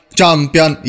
Champion